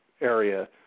area